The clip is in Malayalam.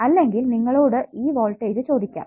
അല്ലെങ്കിൽ നിങ്ങളോടു ഈ വോൾട്ടേജ് ചോദിക്കാം